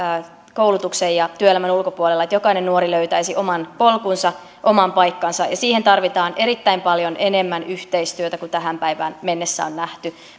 koulutuksen ja työelämän ulkopuolella että jokainen nuori löytäisi oman polkunsa oman paikkansa ja siihen tarvitaan erittäin paljon enemmän yhteistyötä kuin tähän päivään mennessä on nähty